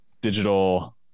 digital